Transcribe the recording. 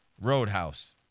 Roadhouse